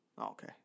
Okay